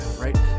right